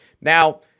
Now